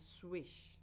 swish